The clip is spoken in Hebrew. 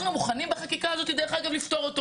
אנחנו מוכנים בחקיקה הזאת לפתור את זה,